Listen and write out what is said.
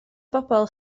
bobl